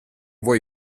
vuoi